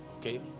Okay